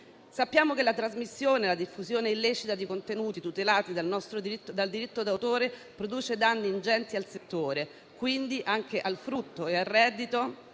Sappiamo che la trasmissione e la diffusione illecita di contenuti tutelati dal diritto d'autore produce danni ingenti al settore e quindi anche al frutto e al reddito